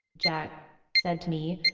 jack said to me.